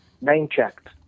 name-checked